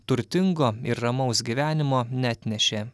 turtingo ir ramaus gyvenimo neatnešė